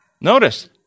Notice